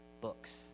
books